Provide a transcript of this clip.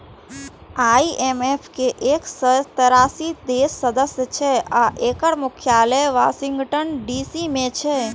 IMF के एक सय तेरासी देश सदस्य छै आ एकर मुख्यालय वाशिंगटन डी.सी मे छै